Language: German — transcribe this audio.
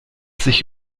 sich